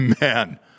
Man